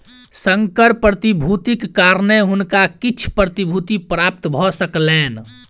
संकर प्रतिभूतिक कारणेँ हुनका किछ प्रतिभूति प्राप्त भ सकलैन